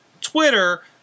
Twitter